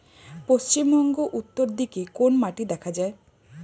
পশ্চিমবঙ্গ উত্তর দিকে কোন মাটি দেখা যায়?